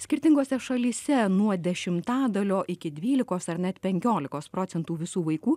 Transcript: skirtingose šalyse nuo dešimtadalio iki dvylikos ar net penkiolikos procentų visų vaikų